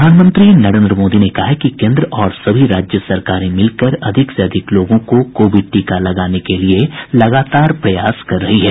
प्रधानमंत्री नरेन्द्र मोदी ने कहा है कि केन्द्र और सभी राज्य सरकारें मिलकर अधिक से अधिक लोगों को कोविड टीका लगाने के लिए लगातार प्रयास कर रही है